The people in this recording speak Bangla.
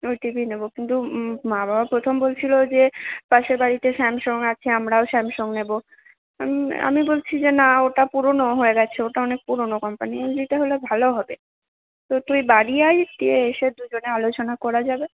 ওই টিভিই নেব কিন্তু মা বাবা প্রথম বলছিলো যে পাশের বাড়িতে স্যামসং আছে আমরাও স্যামসং নেব আমি বলছি যে না ওটা পুরনো হয়ে গেছে ওটা অনেক পুরনো কোম্পানি এলজিটা হলে ভালো হবে তো তুই বাড়ি আয় দিয়ে এসে দুজনে আলোচনা করা যাবে